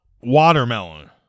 Watermelon